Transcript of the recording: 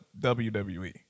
WWE